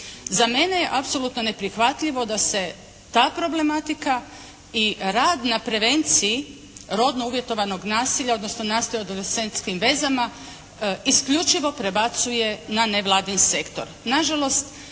Za mene je apsolutno neprihvatljivo da se ta problematika i rad na prevenciji rodno uvjetovanog nasilja odnosno nasilja u adolescentskim vezama isključivo prebacuje na nevladin sektor.